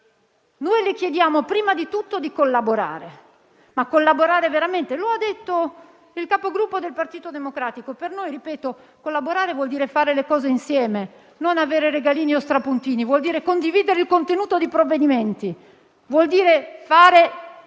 Le chiediamo prima di tutto di collaborare, ma farlo veramente; lo ha detto il Capogruppo del Partito Democratico. Per noi - ripeto -collaborare vuol dire fare le cose insieme, non avere regalini o strapuntini; vuol dire condividere il contenuto dei provvedimenti, significa fare